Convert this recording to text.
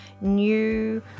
new